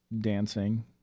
dancing